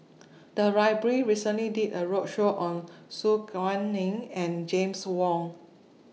The Library recently did A roadshow on Su Guaning and James Wong